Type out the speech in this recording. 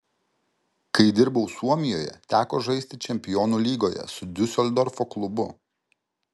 kai dirbau suomijoje teko žaisti čempionų lygoje su diuseldorfo klubu